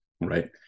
right